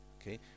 Okay